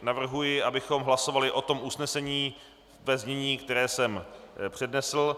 Navrhuji, abychom hlasovali o usnesení ve znění, které jsem přednesl.